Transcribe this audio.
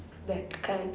that kind